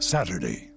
Saturday